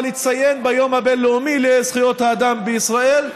לציין ביום הבין-לאומי לזכויות האדם בישראל,